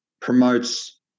promotes